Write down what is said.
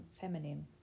Feminine